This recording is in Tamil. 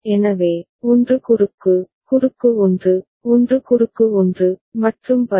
எனவே 1 குறுக்கு குறுக்கு 1 1 குறுக்கு 1 மற்றும் பல